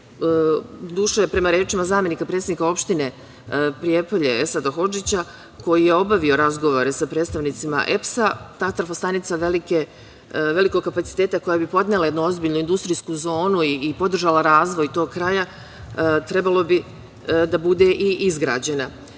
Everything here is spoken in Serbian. doduše prema rečima zamenika predsednika opštine, Prijepolje, Esada Hodžića, koji je obavio razgovore sa predstavnicima EPS, ta trafostanica velikog kapaciteta koja bi podnela jednu ozbiljnu industrijsku zonu, i podržala razvoj tog kraja, trebalo bi da bude i izgrađena. Vi